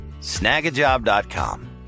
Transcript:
Snagajob.com